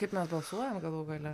kaip mes balsuojam galų gale